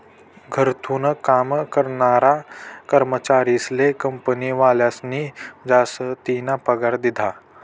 घरथून काम करनारा कर्मचारीस्ले कंपनीवालास्नी जासतीना पगार दिधा